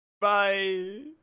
Bye